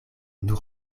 nur